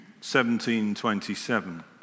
1727